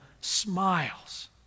smiles